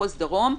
מחוז דרום.